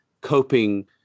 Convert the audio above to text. coping